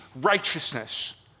righteousness